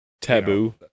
taboo